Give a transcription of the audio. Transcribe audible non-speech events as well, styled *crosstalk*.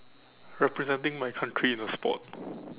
representing my country in a sport *breath*